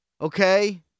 Okay